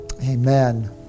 Amen